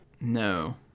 No